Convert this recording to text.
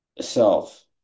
self